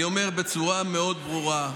אני אומר בצורה מאוד ברורה: